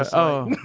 ah oh,